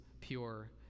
pure